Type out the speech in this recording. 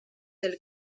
del